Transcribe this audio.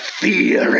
fear